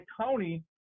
county